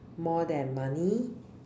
more than money